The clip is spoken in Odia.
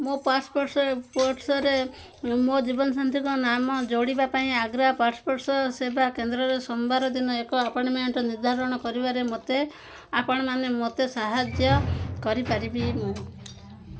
ମୋ ପାସପୋର୍ଟରେ ମୋ ଜୀବନସାଥୀଙ୍କ ନାମ ଯୋଡ଼ିବା ପାଇଁ ଆଗ୍ରା ପାସପୋର୍ଟ ସେବା କେନ୍ଦ୍ରରେ ସୋମବାର ଦିନ ଏକ ଆପଏଣ୍ଟମେଣ୍ଟ ନିର୍ଦ୍ଧାରଣ କରିବାରେ ମୋତେ ଆପଣ ମୋତେ ସାହାଯ୍ୟ କରିପାରିବି ମୁଁ